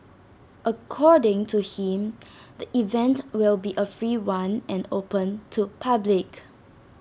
according to him the event will be A free one and open to public